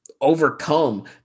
overcome